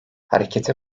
hareketi